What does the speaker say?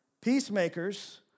Peacemakers